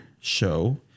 show